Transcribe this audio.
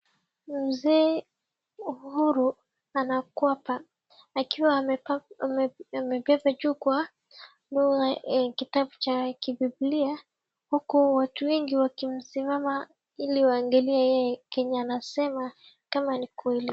Mzee Uhuru anaapa akiwa amebeba juu kitabu cha bibilia huku watu wengi wakisimama ili waangalie yeye chenye anasema kama ni kweli.